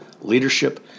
Leadership